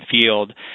field